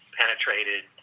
penetrated